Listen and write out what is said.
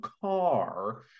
car